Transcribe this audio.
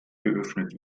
geöffnet